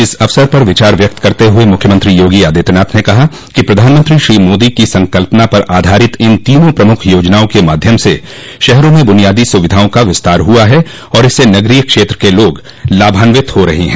इस अवसर पर विचार व्यक्त करते हुए मुख्यमंत्री योगी आदित्यनाथ ने कहा कि प्रधानमंत्री श्री मोदी की संकल्पना पर आधारित इन तीनों प्रमुख योजनाओं के माध्यम से शहरों में बुनियादी सुविधाओं का विस्तार हुआ है और इससे नगरीय क्षेत्र के लोग लाभान्वित हो रहे हैं